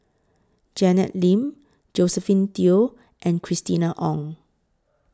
Janet Lim Josephine Teo and Christina Ong